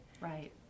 Right